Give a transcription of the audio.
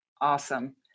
awesome